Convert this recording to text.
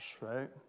right